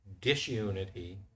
disunity